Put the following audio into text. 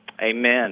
Amen